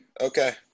Okay